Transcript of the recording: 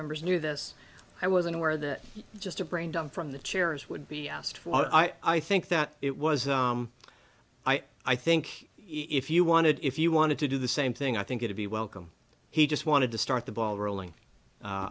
members knew this i wasn't aware that just a brain down from the chairs would be asked for i think that it was i think if you wanted if you wanted to do the same thing i think it'd be welcome he just wanted to start the ball rolling